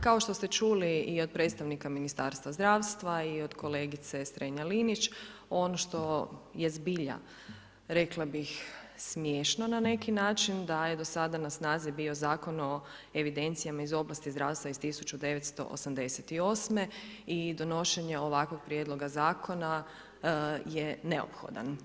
Kao što ste čuli i od predstavnika Ministarstva zdravstva i od kolegice Strenja Linić, ono što je zbilja rekla bih smiješno na neki način da je do sada na snazi bio Zakon o evidencijama iz oblasti zdravstva iz 1988. i donošenje ovakvog prijedloga zakona je neophodan.